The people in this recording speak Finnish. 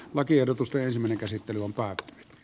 lakiehdotusta ensimmäinen käsittely on päät